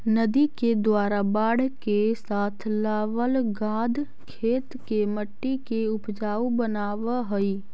नदि के द्वारा बाढ़ के साथ लावल गाद खेत के मट्टी के ऊपजाऊ बनाबऽ हई